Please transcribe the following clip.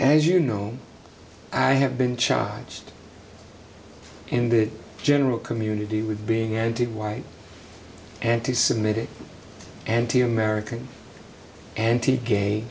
as you know i have been challenged in the general community with being anti white anti semitic anti american anti gay